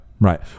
Right